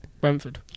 brentford